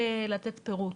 יכולה לפרט